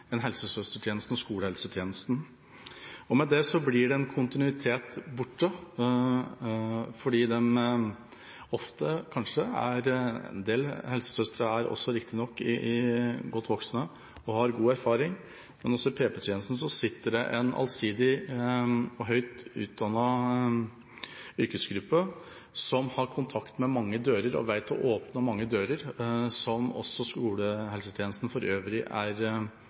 kontinuitet borte. En del helsesøstre er riktignok godt voksne og har god erfaring, men også i PP-tjenesten sitter det en allsidig og høyt utdannet yrkesgruppe som har kontakt med mange «dører» og vet hvordan man åpner dører som også skolehelsetjenesten for øvrig er